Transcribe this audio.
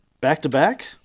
back-to-back